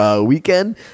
weekend